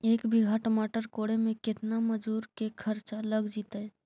एक बिघा टमाटर कोड़े मे केतना मजुर के खर्चा लग जितै?